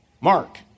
Mark